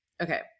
Okay